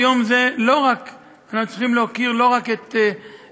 ביום זה אנחנו צריכים להוקיר לא רק את הפצועים,